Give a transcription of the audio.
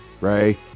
Ray